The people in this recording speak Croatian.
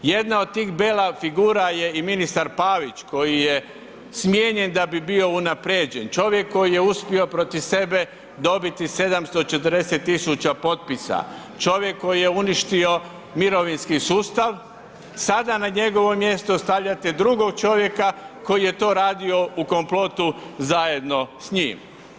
Jedna od tih bela figura je i ministar Pavić koji je smijenjen da bi bio unaprijeđen, čovjek koji je uspio protiv sebe dobiti 740.000 potpisa, čovjek koji je uništio mirovinski sustav, sada na njegovo mjesto stavljate drugog čovjeka koji je to radio u komplotu zajedno s njim.